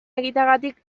egiteagatik